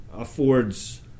Affords